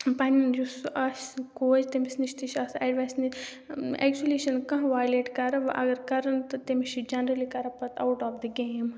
پَنٕنۍ یُس سُہ آسہِ کوچ تٔمِس نِش تہِ چھِ آسان اٮ۪ڈوایس نِنۍ اٮ۪کچُلی چھِنہٕ کانٛہہ وایلیٹ کَرٕ وۄنۍ اگر کَرَن تہٕ تٔمِس چھِ جَنرٔلی کَران پَتہٕ آوُٹ آف دَ گیم